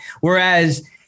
Whereas